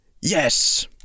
Yes